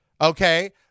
Okay